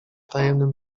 tajemnym